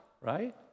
right